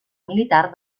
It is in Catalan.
militar